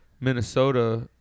Minnesota